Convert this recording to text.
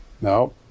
No